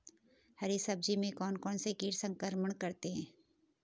हरी सब्जी में कौन कौन से कीट संक्रमण करते हैं?